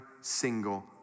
single